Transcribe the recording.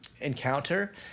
encounter